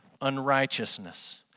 unrighteousness